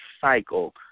cycle